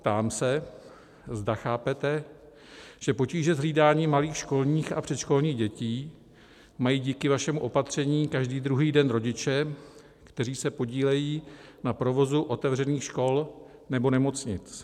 Ptám se, zda chápete, že potíže s hlídáním malých školních a předškolních dětí mají díky vašemu opatření každý druhý den rodiče, kteří se podílejí na provozu otevřených škol nebo nemocnic.